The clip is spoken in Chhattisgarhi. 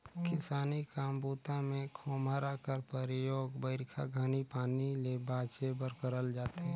किसानी काम बूता मे खोम्हरा कर परियोग बरिखा घनी पानी ले बाचे बर करल जाथे